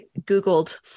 Googled